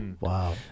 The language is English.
Wow